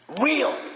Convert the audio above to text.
Real